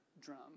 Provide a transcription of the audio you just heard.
drum